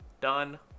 done